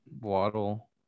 Waddle